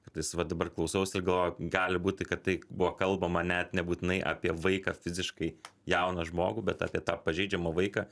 kartais va dabar klausausi ir galvoju gali būti kad tai buvo kalbama net nebūtinai apie vaiką fiziškai jauną žmogų bet apie tą pažeidžiamą vaiką